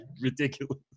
ridiculous